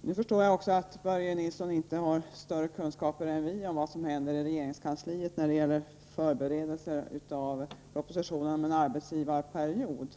Nu förstår jag också att Börje Nilsson inte har större kunskaper än vi andra om vad som händer i regeringskansliet när det gäller förberedelserna av en proposition om arbetsgivarperiod.